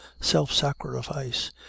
self-sacrifice